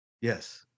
Yes